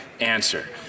answer